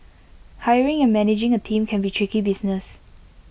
hiring and managing A team can be tricky business